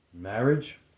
marriage